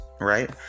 right